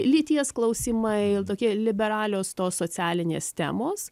lyties klausimai jau tokie liberalios tos socialinės temos